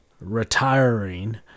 retiring